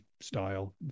style